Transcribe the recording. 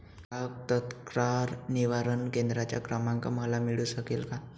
ग्राहक तक्रार निवारण केंद्राचा क्रमांक मला मिळू शकेल का?